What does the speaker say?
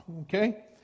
okay